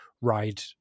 ride